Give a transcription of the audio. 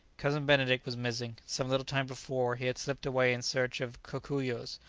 cousin benedict was missing. some little time before, he had slipped away in search of cocuyos,